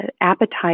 appetite